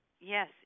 Yes